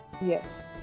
Yes